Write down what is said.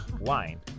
wine